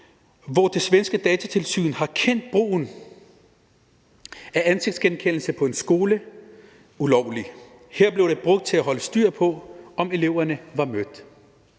hvor det svenske datatilsyn har kendt brugen af ansigtsgenkendelse på en skole ulovlig. Her blev det brugt til at holde styr på, om eleverne var mødt.